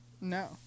No